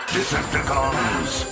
Decepticons